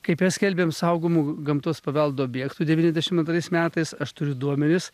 kaip mes skelbiam saugomų gamtos paveldo objektų devyniasdešimt antrais metais aš turiu duomenis